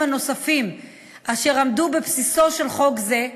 הנוספים אשר עמדו בבסיסו של חוק זה.